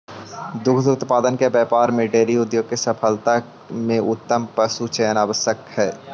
दुग्ध उत्पादन के व्यापार में डेयरी उद्योग की सफलता में उत्तम पशुचयन आवश्यक हई